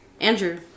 Andrew